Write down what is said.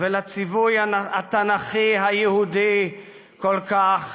ולציווי התנ"כי היהודי כל כך,